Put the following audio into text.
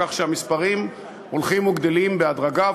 כך שהמספרים הולכים וגדלים בהדרגה,